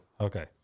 Okay